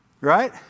right